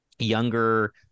younger